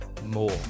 more